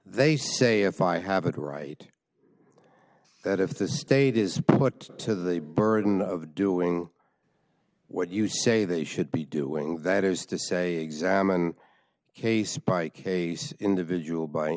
they say if i have it right that if the state is put to the burden of doing what you say they should be doing that is to say examined case by case individual by